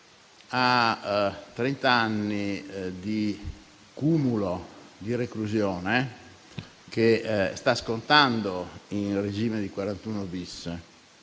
trent'anni di cumulo di reclusione, che sta scontando in regime di 41-*bis*.